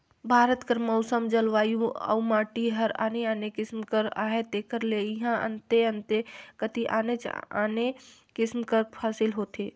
भारत कर मउसम, जलवायु अउ माटी हर आने आने किसिम कर अहे तेकर ले इहां अन्ते अन्ते कती आनेच आने किसिम कर फसिल होथे